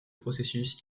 processus